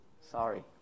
Sorry